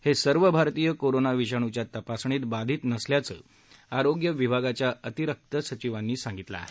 हे सर्व भारतीय कोरोना विषाणूच्या तपासणीत बाधित नसल्याचं आरोग्य विभागाच्या अतिरिक्त सविवांनी सांगितलं आहे